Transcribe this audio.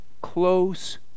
close